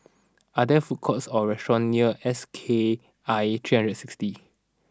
are there food courts or restaurants near S K I three hundred and sixty